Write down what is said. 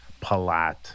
palat